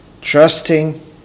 Trusting